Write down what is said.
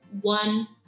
one